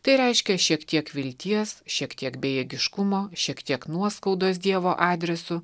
tai reiškia šiek tiek vilties šiek tiek bejėgiškumo šiek tiek nuoskaudos dievo adresu